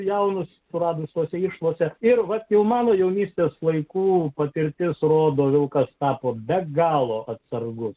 jaunus suradus tose išvadose ir vat jau mano jaunystės laikų patirtis rodo vilkas tapo be galo atsargus